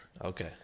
Okay